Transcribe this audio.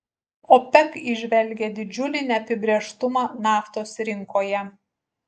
opec įžvelgia didžiulį neapibrėžtumą naftos rinkoje